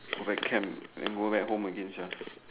go back camp and then go back home again sia